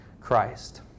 Christ